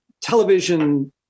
television